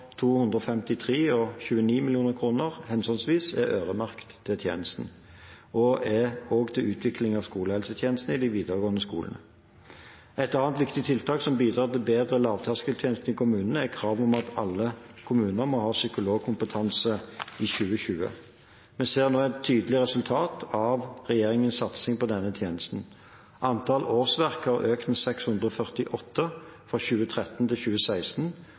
til utvikling av skolehelsetjenesten i de videregående skolene. Et annet viktig tiltak som bidrar til bedre lavterskeltjenester i kommunene, er kravet om at alle kommuner må ha psykologkompetanse i 2020. Vi ser nå tydelige resultater av regjeringens satsing på denne tjenesten. Antall årsverk har økt med 648 fra 2013 til 2016.